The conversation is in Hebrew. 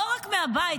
לא רק מהבית,